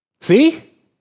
See